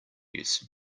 use